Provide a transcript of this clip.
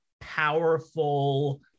powerful